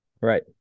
Right